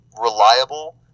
reliable